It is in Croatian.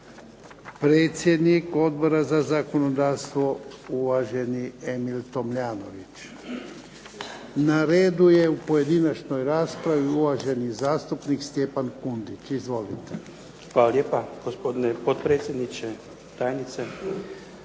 Predsjednik odbora za zakonodavstvo uvaženi Emil Tomljanović. Na redu je u pojedinačnoj raspravi uvaženi zastupnik Stjepan Kundić. Izvolite. **Kundić, Stjepan (HDZ)** Hvala lijepo. Gospodine potpredsjedniče, tajnice.